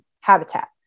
habitat